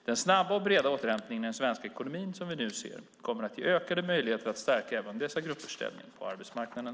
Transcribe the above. Den snabba och breda återhämtning i den svenska ekonomin som vi nu ser kommer att ge ökade möjligheter att stärka även dessa gruppers ställning på arbetsmarknaden.